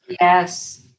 Yes